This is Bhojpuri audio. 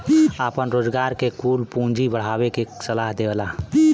आपन रोजगार के कुल पूँजी बढ़ावे के सलाह देवला